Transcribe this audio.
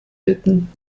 bitten